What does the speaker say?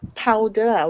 powder